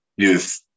youth